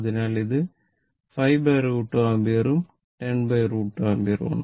അതിനാൽ ഇത് 5√2 ആമ്പിയറും 10 √ 2 ആമ്പിയറുമാണ്